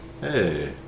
Hey